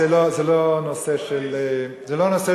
זה לא נושא מבדח,